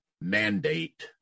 mandate